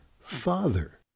father